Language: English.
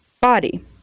body